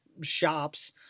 shops